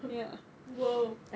ya !whoa!